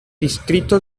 distrito